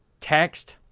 text,